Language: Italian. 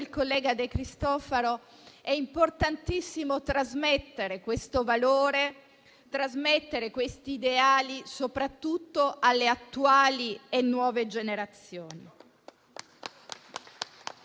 collega De Cristofaro - è importantissimo trasmettere questo valore e questi ideali soprattutto alle attuali e alle nuove generazioni.